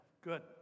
good